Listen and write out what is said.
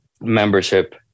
membership